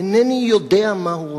אינני יודע מה הוא רוצה.